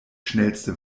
schnellste